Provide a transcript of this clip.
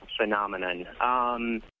phenomenon